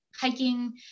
hiking